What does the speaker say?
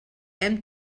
hem